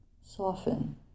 soften